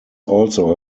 also